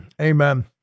Amen